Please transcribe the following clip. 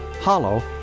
Hollow